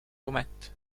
jumet